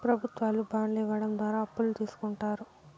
ప్రభుత్వాలు బాండ్లు ఇవ్వడం ద్వారా అప్పులు తీస్కుంటారు